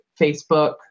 Facebook